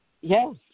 Yes